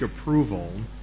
approval